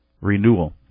Renewal